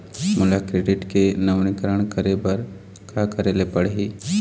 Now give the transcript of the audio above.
मोला क्रेडिट के नवीनीकरण करे बर का करे ले पड़ही?